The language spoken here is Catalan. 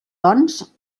doncs